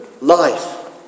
life